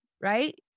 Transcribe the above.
right